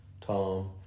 Tom